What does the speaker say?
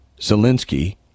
Zelensky